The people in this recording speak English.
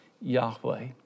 Yahweh